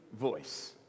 voice